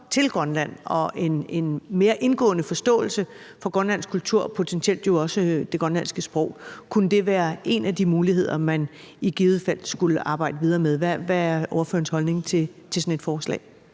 til Grønland og en mere indgående forståelse for grønlandsk kultur og potentielt jo også det grønlandske sprog. Kunne det være en af de muligheder, man i givet fald skulle arbejde videre med? Hvad er ordførerens holdning til sådan et forslag?